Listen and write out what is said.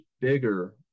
bigger